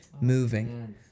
moving